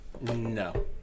No